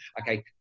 Okay